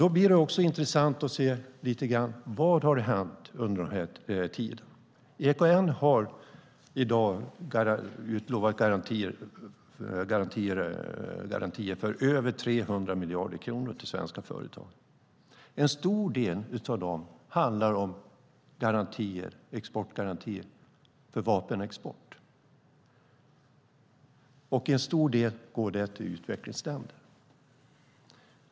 Då blir det också intressant att se: Vad har hänt under tiden? EKN har i dag utlovat garantier för över 300 miljarder kronor till svenska företag. En stor del handlar om exportgarantier för vapenexport, där en stor del går till utvecklingsländer.